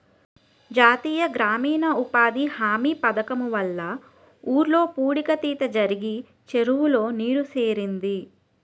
జాతీయ గ్రామీణ ఉపాధి హామీ పధకము వల్ల ఊర్లో పూడిక తీత జరిగి చెరువులో నీరు సేరింది